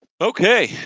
Okay